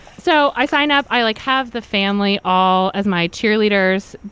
so i signed up. i like have the family all as my cheerleaders.